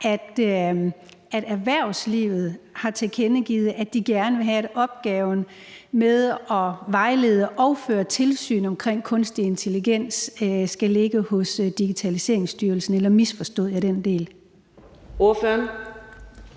at erhvervslivet har tilkendegivet, at de gerne vil have, at opgaven med at vejlede om og føre tilsyn med kunstig intelligens skal ligge hos Digitaliseringsstyrelsen? Eller misforstod jeg den del? Kl.